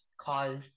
cause